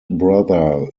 brother